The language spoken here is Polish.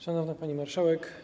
Szanowna Pani Marszałek!